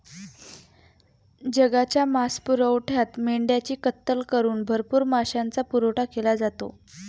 जगाच्या मांसपुरवठ्यात मेंढ्यांची कत्तल करून भरपूर मांसाचा पुरवठा केला जातो